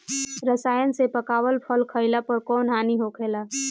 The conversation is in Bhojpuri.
रसायन से पकावल फल खइला पर कौन हानि होखेला?